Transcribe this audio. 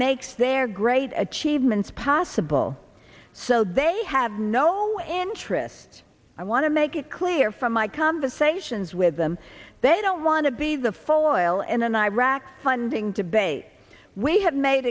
makes their great achievements possible so they have no interest i want to make it clear from my conversations with them they don't want to be the follow in an iraq funding debate we have made